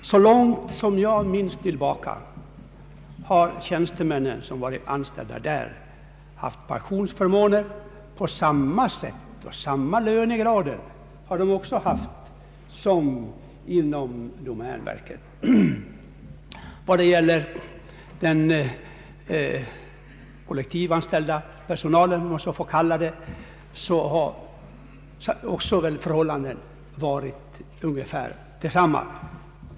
Så långt tillbaka som jag minns har de tjänstemän som varit anställda där haft pensionsförmåner på samma sätt och efter samma lönegrader som tjänstemännen inom domänverket. Vad gäller den kollektivanställda personalen — om jag får kalla den så — har förhållandena varit ungefär desamma.